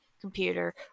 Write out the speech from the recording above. computer